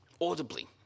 audibly